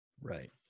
Right